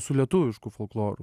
su lietuvišku folkloru